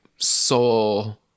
soul